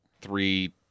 three